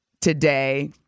today